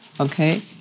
Okay